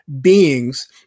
beings